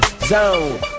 zone